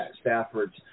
Stafford's